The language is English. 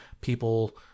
people